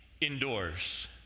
indoors